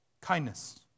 Kindness